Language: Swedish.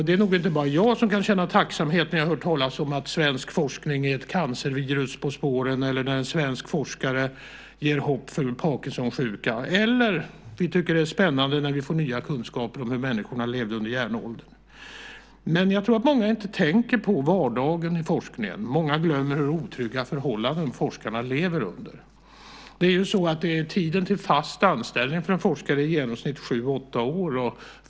Det är nog inte bara jag som kan känna tacksamhet när jag hör talas om att svensk forskning är ett cancervirus på spåren och att en svensk forskare ger hopp för en som har Parkinsons sjukdom. Vi tycker att det är spännande när vi får nya kunskaper om hur människan levde under järnåldern. Men jag tror att många inte tänker på vardagen i forskningen. Många glömmer hur otrygga förhållanden forskarna lever under. Tiden till fast anställning för en forskare är i genomsnitt sju åtta år.